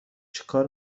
چکار